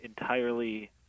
entirely